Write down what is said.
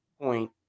point